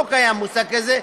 לא קיים מושג כזה.